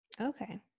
Okay